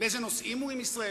באילו נושאים הוא עם ישראל,